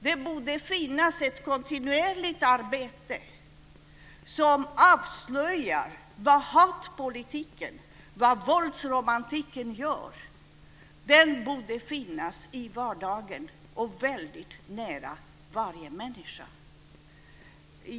Det borde finnas ett kontinuerligt arbete som avslöjar vad hatpolitiken och våldsromantiken gör. Det borde finnas i vardagen och väldigt nära varje människa.